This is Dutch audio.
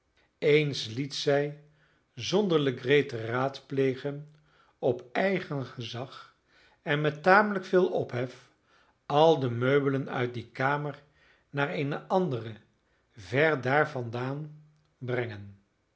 eens liet zij zonder legree te raadplegen op eigen gezag en met tamelijk veel ophef al de meubelen uit die kamer naar eene andere ver daar vandaan brengen